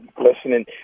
listening